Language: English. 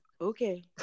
Okay